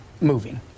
moving